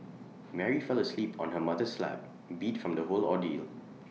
Mary fell asleep on her mother's lap beat from the whole ordeal